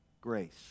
Grace